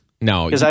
No